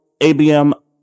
ABM